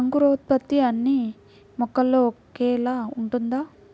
అంకురోత్పత్తి అన్నీ మొక్కలో ఒకేలా ఉంటుందా?